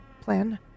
plan